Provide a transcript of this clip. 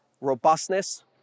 robustness